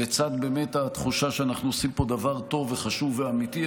לצד התחושה שאנחנו עושים פה דבר טוב וחשוב ואמיתי,